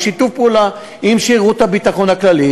בשיתוף פעולה עם שירות הביטחון הכללי,